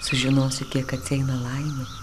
sužinosiu kiek atsieina laimė